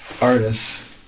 artists